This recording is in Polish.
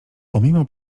pomimo